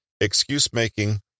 excuse-making